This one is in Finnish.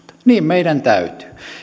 niin meidän täytyy